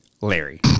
Larry